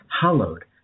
hallowed